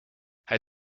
hij